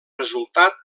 resultat